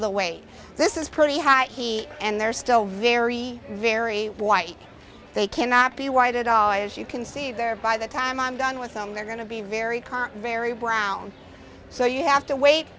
the way this is pretty high and he and they're still very very white they cannot be white it all as you can see there by the time i'm done with them they're going to be very very blount so you have to wait